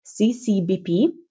CCBP